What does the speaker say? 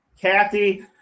Kathy